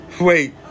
Wait